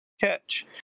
catch